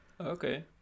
okay